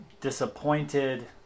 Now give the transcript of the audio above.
disappointed